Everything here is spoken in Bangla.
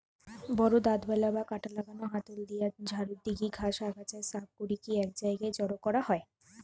বড় দাঁতবালা বা কাঁটা লাগানা হাতল দিয়া ঝাড়ু দিকি ঘাস, আগাছা সাফ করিকি এক জায়গায় জড়ো করা হয়